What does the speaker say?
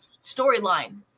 storyline